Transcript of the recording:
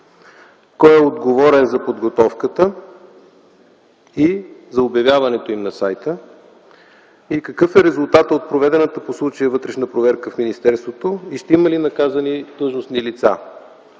Кой е отговорен за подготовката и за обявяването им на сайта? Какъв е резултатът от проведената по случая вътрешна проверка в министерството и ще има ли наказани длъжностни лица?